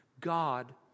God